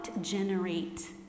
generate